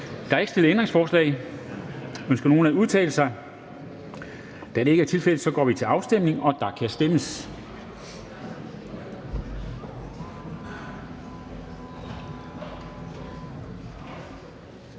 Der er ikke stillet ændringsforslag. Ønsker nogen at udtale sig? Da det ikke er tilfældet, går vi til afstemning. Kl. 10:04 Afstemning